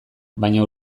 baina